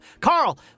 Carl